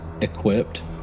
equipped